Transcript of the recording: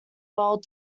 world